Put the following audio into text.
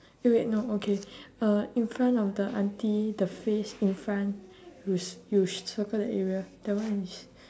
eh wait no okay uh in front of the auntie the face in front you c~ you circle the area that one is